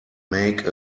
make